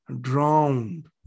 drowned